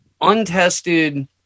untested